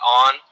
on